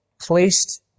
placed